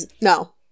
No